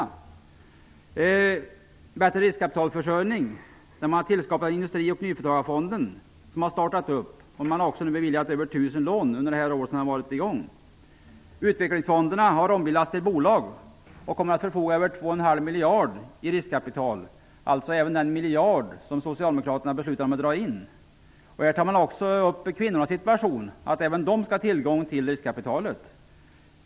Vad gäller bättre riskkapitalförsörjning har industri och nyföretagarfonden tillskapats och startat. Under det år som den har varit i gång har över 1 000 lån beviljats. Utvecklingsfonderna har ombildats till bolag, och de kommer att förfoga över 2,5 miljarder i riskkapital -- alltså även den miljard som socialdemokraterna ville dra in. Kvinnornas situation har tagits upp i detta sammanhang; man säger att även de skall ha tillgång till riskkapitalet.